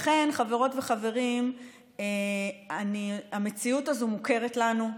לכן, חברות וחברים, המציאות הזאת מוכרת לנו,